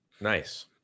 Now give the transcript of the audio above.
Nice